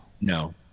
no